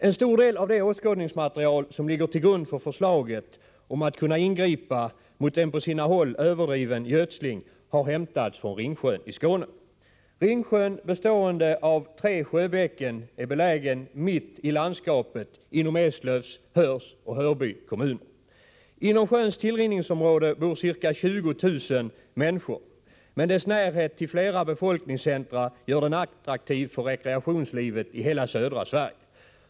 En stor del av det åskådningsmaterial som ligger till grund för förslaget om att kunna ingripa mot en på sina håll överdriven gödsling har hämtats från Ringsjön i Skåne. Ringsjön, bestående av tre sjöbäcken, är belägen mitt i landskapet inom Eslövs, Höörs och Hörby kommuner. Inom sjöns tillrinningsområde bor ca 20 000 människor, men dess närhet till flera befolkningscentra gör den attraktiv för rekreationslivet i hela södra Sverige.